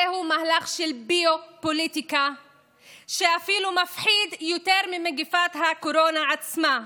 זהו מהלך של ביו-פוליטיקה שמפחיד אפילו יותר ממגפת הקורונה עצמה,